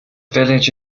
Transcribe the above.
village